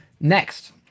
next